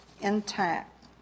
intact